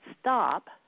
stop